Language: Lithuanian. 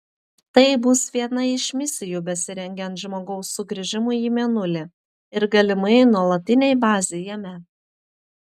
tai bus viena iš misijų besirengiant žmogaus sugrįžimui į mėnulį ir galimai nuolatinei bazei jame